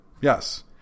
Yes